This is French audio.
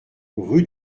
rue